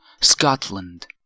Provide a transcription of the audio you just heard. Scotland